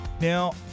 Now